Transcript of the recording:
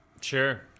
Sure